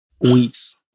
weeks